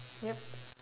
yup